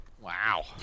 wow